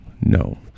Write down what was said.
No